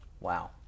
Wow